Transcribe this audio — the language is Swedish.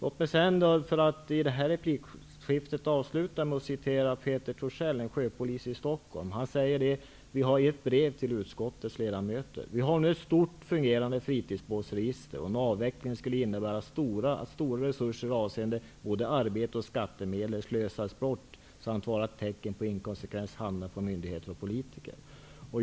Avslutningsvis vill jag återge vad Peter Thorsell, sjöpolis i Stockholm, säger i ett brev till utskottets ledamöter: Vi har nu ett stort, fungerande fritidsbåtsregister. En avveckling skulle innebära att stora resurser avseende både arbete och skattemedel slösas bort samt vara ett tecken på inkonsekvent handlande från myndigheter och politiker.